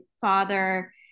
father